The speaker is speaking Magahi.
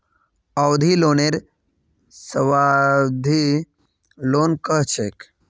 अवधि लोनक सावधि लोन कह छेक